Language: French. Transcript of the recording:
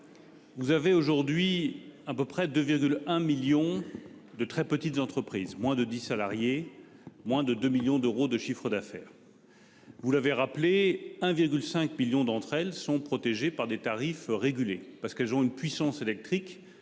Vous avez aujourd'hui à peu près de 1 million de très petites entreprises, moins de 10 salariés. Moins de 2 millions d'euros de chiffre d'affaires.-- Vous l'avez rappelé 1,5 millions d'entre elles sont protégées par des tarifs régulés parce qu'elles ont une puissance électrique